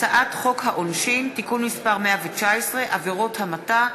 הצעת חוק העונשין (תיקון מס' 119) (עבירות המתה),